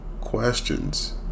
questions